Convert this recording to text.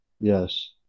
Yes